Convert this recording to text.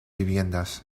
viviendas